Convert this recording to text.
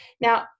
Now